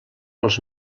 els